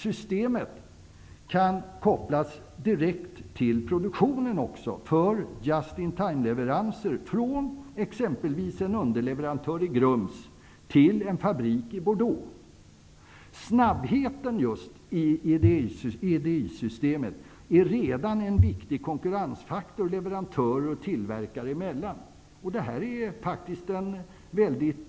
Systemet kan kopplas direkt till produktionen -- för just-in-time-leveranser från exempelvis en underleverantör i Grums till en fabrik i Bordeaux. Snabbheten med EDI-systemet är redan en viktig konkurrensfaktor leverantörer och tillverkare emellan. Det är